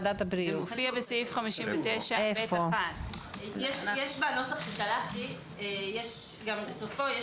מופיע בסעיף 59ב1. בנוסח ששלחתי בסופו יש